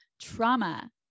trauma